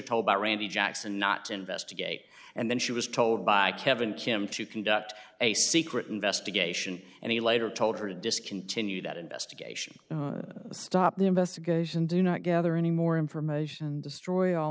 told by randy jackson not to investigate and then she was told by kevin kim to conduct a secret investigation and he later told her to discontinue that investigation stop the investigation do not gather any more information and destroy all